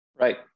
right